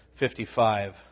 55